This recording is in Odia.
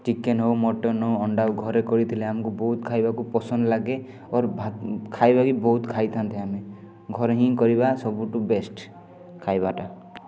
ଚିକେନ୍ ହଉ ମଟନ୍ ହଉ ଅଣ୍ଡା ହଉ ଘରେ କରିଥିଲେ ଆମକୁ ବହୁତ ଖାଇବାକୁ ପସନ୍ଦ ଲାଗେ ଅର୍ ଖାଇବା ବି ବହୁତ ଖାଇଥାନ୍ତି ଆମେ ଘରେ ହିଁ କରିବା ସବୁଠୁ ବେଷ୍ଟ୍ ଖାଇବାଟା